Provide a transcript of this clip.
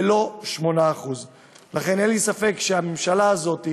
ולא 8%. לכן, אין לי ספק שהממשלה הזאת,